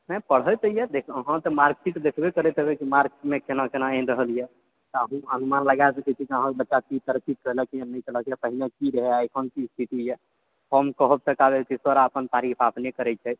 नहि पढ़ै तऽ यऽ अहाँ तऽ मार्कशीट देखबे करैत हेबै की मार्क्समे केना केना आनि रहल यऽ तऽ अहुँ अनुमान लगाए सकैत छियै की अहाँकेँ बच्चा की तरक्की केलका नहि केलक पहिने की रहए एखन की स्थिति यऽ हम कहब तऽ कहबै जे छै सर अपन तारीफ अपने करै छै